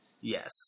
Yes